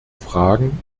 fragen